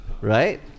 Right